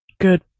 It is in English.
Good